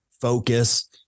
focus